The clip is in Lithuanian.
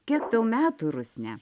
kiek tau metų rusne